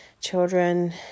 children